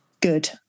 good